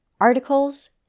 articles